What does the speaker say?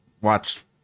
watch